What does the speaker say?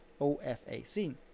OFAC